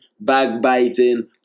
backbiting